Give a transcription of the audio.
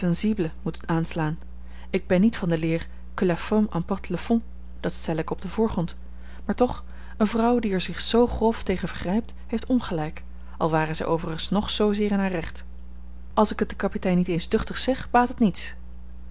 moet aanslaan ik ben niet van de leer que la forme emporte le fond dat stel ik op den voorgrond maar toch eene vrouw die er zich zoo grof tegen vergrijpt heeft ongelijk al ware zij overigens nog zoozeer in haar recht als ik het den kapitein niet eens duchtig zeg baat het niets